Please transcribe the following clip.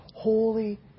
holy